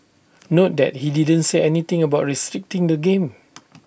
note that he didn't say anything about restricting the game